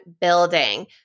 building